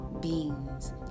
beans